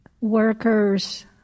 workers